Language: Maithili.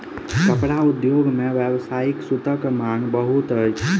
कपड़ा उद्योग मे व्यावसायिक सूतक मांग बहुत अछि